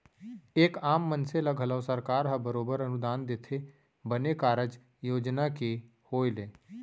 एक आम मनसे ल घलौ सरकार ह बरोबर अनुदान देथे बने कारज योजना के होय ले